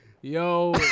Yo